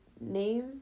Name